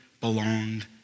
belonged